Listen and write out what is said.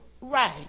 Right